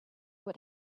what